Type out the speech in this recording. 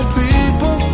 people